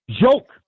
joke